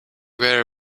very